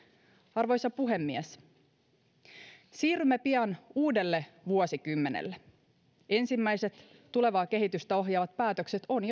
arvoisa puhemies siirrymme pian uudelle vuosikymmenelle ensimmäiset tulevaa kehitystä ohjaavat päätökset on